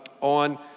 on